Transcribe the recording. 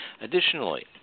Additionally